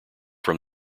from